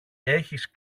έχεις